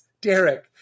Derek